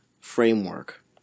framework